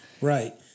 Right